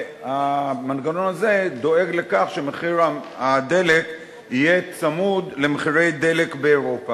והמנגנון הזה דואג לכך שמחיר הדלק יהיה צמוד למחירי הדלק באירופה,